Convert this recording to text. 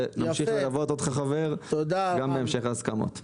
נמשיך ללוות אותך חבר גם בהמשך ההסכמות.